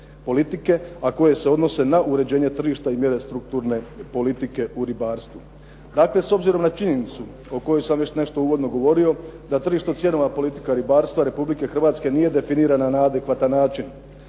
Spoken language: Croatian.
a koje se odnose na uređenje tržišta i mjere strukturne politike u ribarstvu. Dakle, s obzirom na činjenicu o kojoj sam nešto već uvodno i govorio, da tržišno cjenovna politika ribarstva Republike Hrvatske nije definirana na adekvatan način,